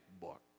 book